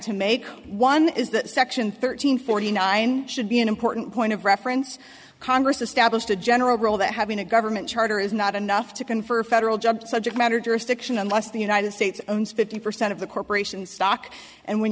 to make one is that section thirteen forty nine should be an important point of reference congress established a general rule that having a government charter is not enough to confer federal job subject matter jurisdiction unless the united states owns fifty percent of the corporation stock and when